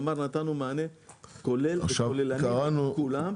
כלומר נתנו מענה כולל וכוללני לכולם.